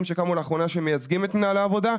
שקמו לאחרונה ומייצגים את מנהלי העבודה.